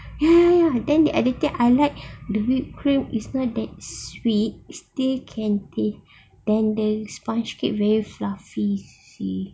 ya ya ya then I like the whipped cream it's not that sweet still can taste then the sponge cake very fluffy you see